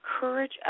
courage